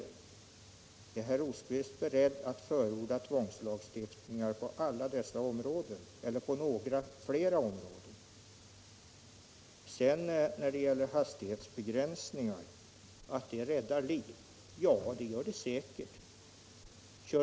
Är herr Rosqvist beredd att förorda tvångslagstiftning på alla dessa områden, eller på fler områden? När det gäller hastighetsbegränsningar sade herr Rosqvist att sådana kan rädda liv. Ja, det kan de säkert göra.